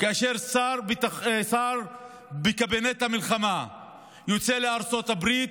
כאשר שר בקבינט המלחמה יוצא לארצות הברית,